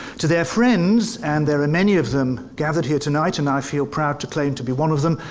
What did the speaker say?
to their friends, and there are many of them gathered here tonight, and i feel proud to claim to be one of them.